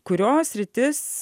kurio sritis